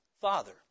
Father